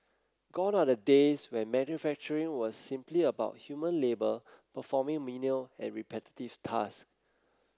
gone are the days when manufacturing was simply about human labour performing menial and repetitive task